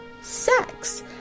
sex